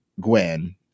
Gwen